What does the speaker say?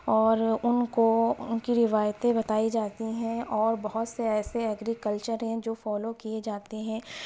اور ان کو ان کی روایتیں بتائی جاتی ہیں اور بہت سے ایسے ادبی کلچر ہیں جو فالو کیے جاتے ہیں